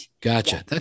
Gotcha